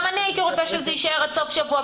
אני הייתי רוצה שזה יישאר עד סוף השבוע.